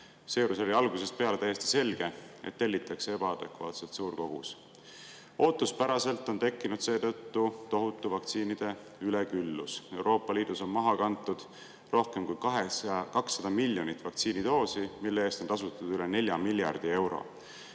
Seejuures oli algusest peale täiesti selge, et tellitakse ebaadekvaatselt suur kogus. Ootuspäraselt on tekkinud seetõttu tohutu vaktsiinide üleküllus. Euroopa Liidus on maha kantud rohkem kui 200 miljonit vaktsiinidoosi, mille eest on tasutud üle 4 miljardi euro.